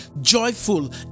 joyful